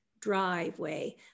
driveway